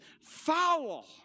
Foul